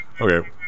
Okay